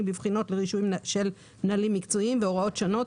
בבחינות לרישוי של מנהלים מקצועיים והוראות שונות),